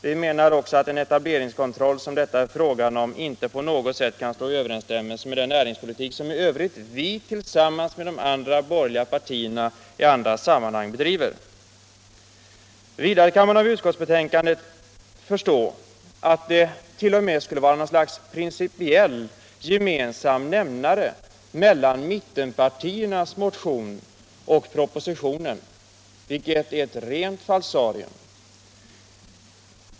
Vi menar också att en etableringskontroll som den föreslagna inte på något sätt kan stå i överensstämmelse med den näringspolitik som vi tillsammans med de övriga borgerliga partierna i andra sammanhang bedriver. Vidare kan man av utskottsbetänkandet förstå att det t.o.m. skulle vara något slags principiell gemensam nämnare mellan mittenpartiernas motion och propositionen, vilket är ett rent falsarium.